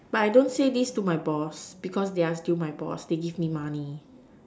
but I don't say this to my boss because they are still my boss they give me money